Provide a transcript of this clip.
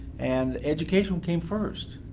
and education came first.